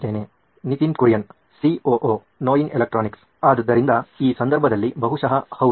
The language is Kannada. ನಿತಿನ್ ಕುರಿಯನ್ ಸಿಒಒ ನೋಯಿನ್ ಎಲೆಕ್ಟ್ರಾನಿಕ್ಸ್ ಆದ್ದರಿಂದ ಈ ಸಂದರ್ಭದಲ್ಲಿ ಬಹುಶಃ ಹೌದು